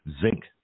zinc